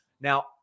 Now